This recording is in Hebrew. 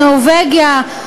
נורבגיה,